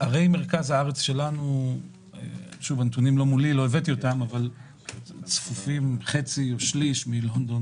ערי המרכז שלנו צפופים בחצי או בשליש מלונדון,